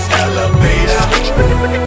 elevator